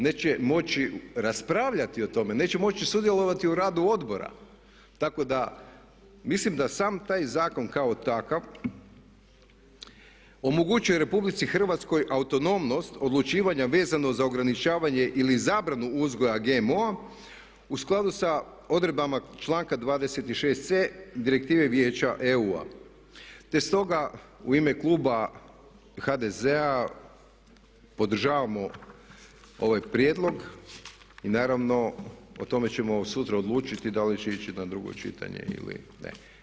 Neće moći raspravljati o tome, neće moći sudjelovati u radu odbora, tako da mislim da sam taj zakon kao takav omogućuje RH autonomnost, odlučivanja vezana za ograničavanje ili zabranu uzgoja GMO-a u skladu sa odredbama članka 26.c, Direktive Vijeća EU te stoga u ime Kluba HDZ-a podržavamo ovaj prijedlog i naravno o tome ćemo sutra odlučiti da li će ići u drugo čitanje ili ne.